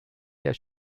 der